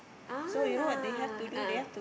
ah a'ah